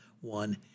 one